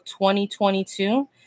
2022